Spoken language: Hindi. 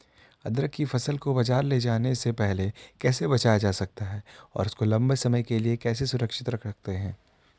अदरक की फसल को बाज़ार ले जाने से पहले कैसे बचाया जा सकता है और इसको लंबे समय के लिए कैसे सुरक्षित रख सकते हैं?